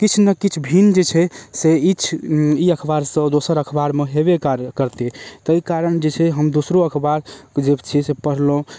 किछु ने किछु भिन जे छै से ईछ ई अखबारसँ दोसर अखबारमे हेबै करतै तै कारण जे छै हम दोसरो अखबार जे छै से पढ़लहुँ